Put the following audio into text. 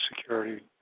security